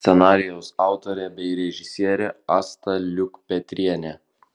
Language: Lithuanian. scenarijaus autorė bei režisierė asta liukpetrienė